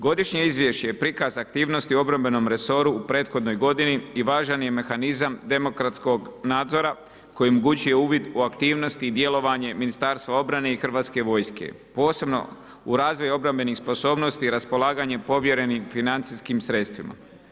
Godišnje izvješće je prikaz aktivnosti u obrambenom resoru u prethodnoj godini i važan je mehanizam demokratskog nadzora koji omogućuje uvid u aktivnosti i djelovanje Ministarstva obrane i HV-a posebno u razvoju obrambenih sposobnosti raspolaganjem povjerenim financijskim sredstvima.